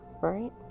right